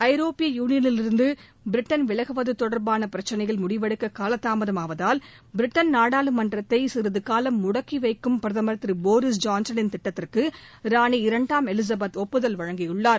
ஐரோப்பிய யூனியனிலிருந்து பிரிட்டன் விலகுவது தொடர்பான பிரச்சினையில் முடிவெடுக்க காலதாமதமாவதால் பிரிட்டன் நாடாளுமன்றத்தை சிறிது காலம் முடக்கி வைக்கும் பிரதமா் திரு போரிஸ் ஜான்சனின் திட்டத்திற்கு ராணி இரண்டாம் எலிசபெத் ஒப்புதல் வழங்கியுள்ளார்